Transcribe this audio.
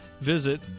visit